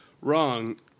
Wrong